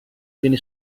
viene